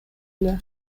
эле